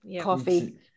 Coffee